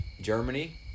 Germany